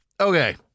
Okay